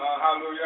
hallelujah